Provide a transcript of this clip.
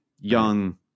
Young